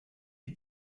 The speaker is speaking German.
die